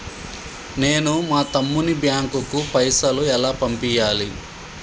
నేను మా తమ్ముని బ్యాంకుకు పైసలు ఎలా పంపియ్యాలి?